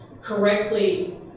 correctly